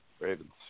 Ravens